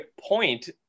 point